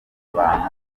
abantu